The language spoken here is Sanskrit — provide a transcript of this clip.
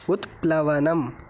उत्प्लवनम्